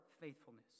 faithfulness